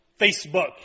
Facebook